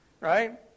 Right